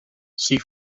she